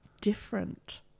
different